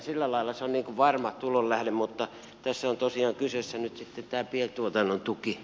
sillä lailla se on varma tulonlähde mutta tässä on tosiaan kyseessä nyt pientuotannon tukiasia